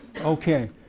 Okay